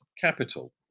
capital